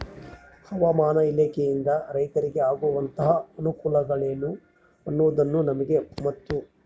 ಹವಾಮಾನ ಇಲಾಖೆಯಿಂದ ರೈತರಿಗೆ ಆಗುವಂತಹ ಅನುಕೂಲಗಳೇನು ಅನ್ನೋದನ್ನ ನಮಗೆ ಮತ್ತು?